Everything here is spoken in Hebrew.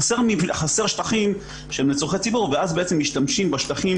חסרים שטחים שהם לצורכי ציבור ואז משתמשים בשטחים